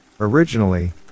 Originally